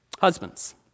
Husbands